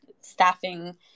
staffing